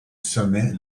sommet